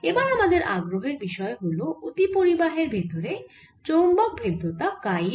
এবার আমাদের আগ্রহের বিষয় হল অতিপরিবাহীর ভেতরে চৌম্বক ভেদ্যতা কাই M